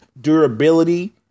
durability